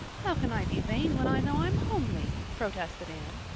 how can i be vain when i know i'm homely? protested anne.